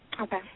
Okay